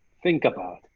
think about,